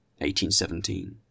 1817